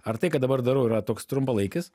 ar tai ką dabar darau yra toks trumpalaikis